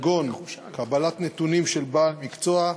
כגון קבלת נתונים של בעל מקצוע,